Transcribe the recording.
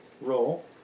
roll